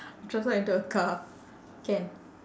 transform into a car can